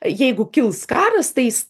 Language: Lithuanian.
jeigu kils karas tais